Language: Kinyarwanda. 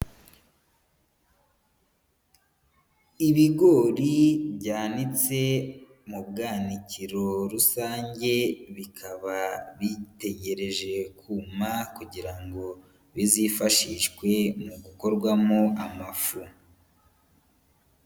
Ibigori byanitse mu bwanikiro rusange, bikaba bitegereje kuma, kugira ngo bizifashishwe mu gukorwamo amafu.